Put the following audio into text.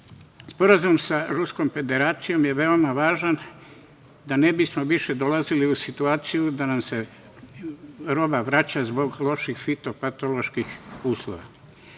dolaze. Sporazum sa Ruskom Federacijom je veoma važan da ne bismo više dolazili u situaciju da nam se roba vraća zbog loših fitopatoloških